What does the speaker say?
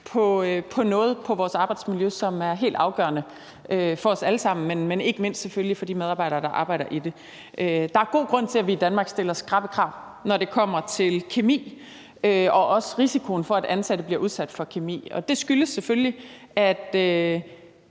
på noget i vores arbejdsmiljø, som er helt afgørende for os alle sammen, men ikke mindst selvfølgelig for de medarbejdere, der arbejder i det. Der er god grund til, at vi i Danmark stiller skrappe krav, når det kommer til kemi og også risikoen for, at ansatte bliver udsat for kemi. Det skyldes selvfølgelig, at